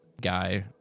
guy